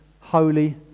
Holy